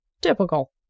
typical